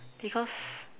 because